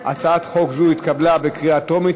לפיכך הצעת חוק זו התקבלה בקריאה טרומית